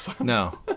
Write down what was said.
No